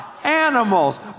Animals